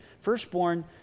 Firstborn